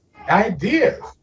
ideas